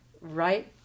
right